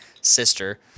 sister